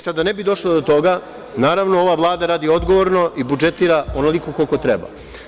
Sada, da ne bi došlo do toga, naravno, ova Vlada radi odgovorno i budžetira onoliko koliko treba.